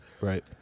right